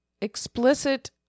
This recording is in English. explicit